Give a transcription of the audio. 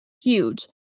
Huge